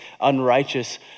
unrighteous